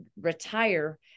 retire